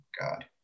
God